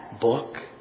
book